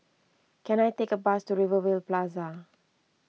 can I take a bus to Rivervale Plaza